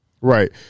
right